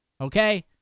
okay